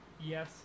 Yes